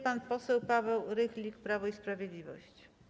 Pan poseł Paweł Rychlik, Prawo i Sprawiedliwość.